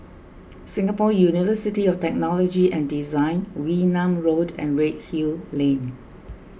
Singapore University of Technology and Design Wee Nam Road and Redhill Lane